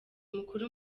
mukuru